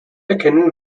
erkennen